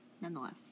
nonetheless